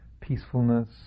peacefulness